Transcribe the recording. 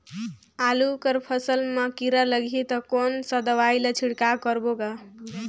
आलू कर फसल मा कीरा लगही ता कौन सा दवाई ला छिड़काव करबो गा?